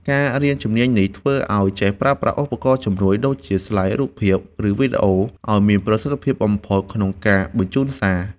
ការរៀនជំនាញនេះ ធ្វើឲ្យចេះប្រើប្រាស់ឧបករណ៍ជំនួយ ដូចជាស្លាយរូបភាព ឬវីដេអូ ឱ្យមានប្រសិទ្ធភាពបំផុតក្នុងការបញ្ជូនសារ។